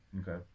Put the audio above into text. Okay